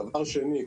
דבר שני,